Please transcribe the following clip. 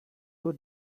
who